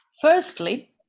firstly